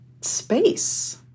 space